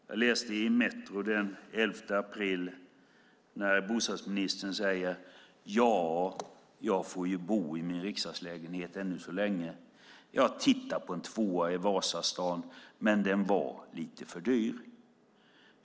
Jag läste i Metro den 11 april där bostadsministern säger: Ja, jag får ju bo i min riksdagslägenhet än så länge. Jag har tittat på en tvåa i Vasastan, men den var lite för dyr.